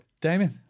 Damien